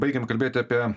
baigėm kalbėti apie